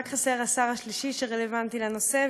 רק חסר השר השלישי שרלוונטי לנושא,